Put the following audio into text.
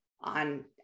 On